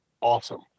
awesome